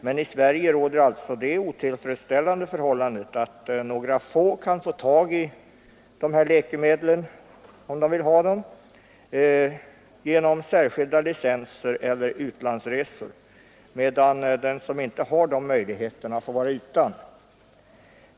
Men här i Sverige råder alltså det otillfredsställande förhållandet att några få kan få tag i de här läkemedlen, om de vill ha dem, genom särskilda licenser eller genom utlandsresor, medan den som inte har dessa möjligheter får vara utan.